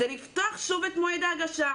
הוא לפתוח שוב את מועד ההגשה.